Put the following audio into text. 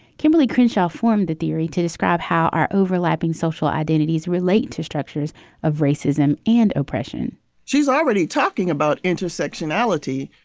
kimberly crenshaw formed the theory to describe how our overlapping social identities relate to structures of racism and oppression she's already talking about intersectionality.